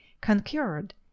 concurred